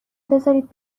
بزارید